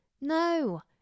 No